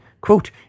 quote